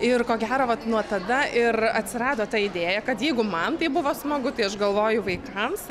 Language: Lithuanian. ir ko gero vat nuo tada ir atsirado ta idėja kad jeigu man tai buvo smagu tai aš galvoju vaikams